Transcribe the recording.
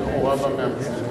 של הוריו המאמצים,